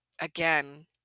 again